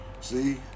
See